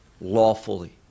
lawfully